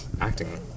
acting